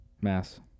Mass